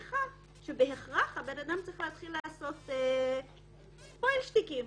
מניח שבהכרח הבן-אדם צריך להתחיל לעשות פוילע שטיקים,